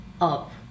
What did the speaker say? up